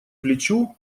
плечу